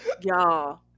Y'all